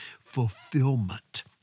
fulfillment